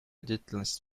деятельность